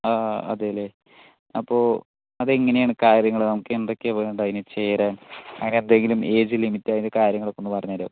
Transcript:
അതെ അല്ലെ അപ്പോൾ അതെങ്ങനെയാണ് കാര്യങ്ങൾ നമുക്ക് എന്തൊക്കെയാണ് വേണ്ടത് അതിന് ചേരാൻ അങ്ങനെ എന്തെങ്കിലും ഏജ് ലിമിറ്റ് അതിൻ്റെ കാര്യങ്ങളൊക്കെ ഒന്ന് പറഞ്ഞ് തരുവോ